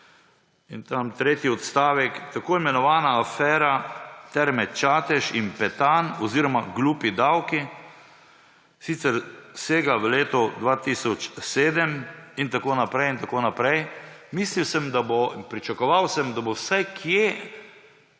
države. Tretji odstavek, tako imenovana afera »Terme Čatež in Petan« oziroma afera »glupi davki«. Sicer sega v leto 2007 in tako naprej in tako naprej. Mislil sem in pričakoval sem, da bo vsaj kje